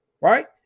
right